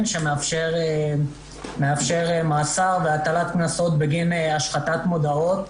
שמאפשר מאסר והטלת קנסות בגין השחתת מודעות,